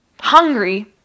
hungry